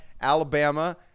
Alabama